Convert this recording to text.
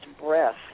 breath